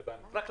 רק לבנקים.